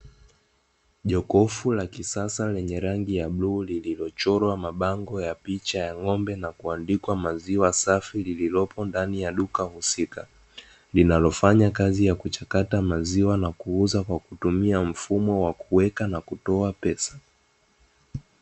Jokofu la kisasa lenye rangi ya bluu lililochorwa mabango ya picha ya ng'ombe na kuandikwa maziwa safi lililopo ndani ya duka husika, linalofanya kazi ya kuchakata maziwa na kuuza kwa kutumia mfumo wa kuweka na kutoa pesa.